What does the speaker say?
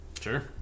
sure